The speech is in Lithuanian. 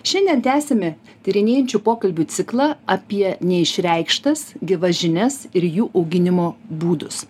šiandien tęsime tyrinėjančių pokalbių ciklą apie neišreikštas gyvas žinias ir jų auginimo būdus